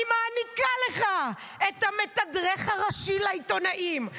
אני מעניקה לך את המתדרך הראשי לעיתונאים.